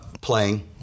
playing